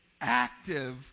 active